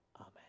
Amen